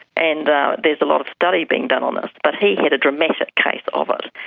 and there is a lot of study being done on this. but he had a dramatic case of it.